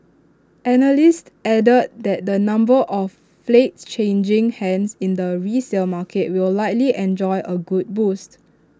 analysts added that the number of flats changing hands in the resale market will likely enjoy A good boost